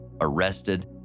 arrested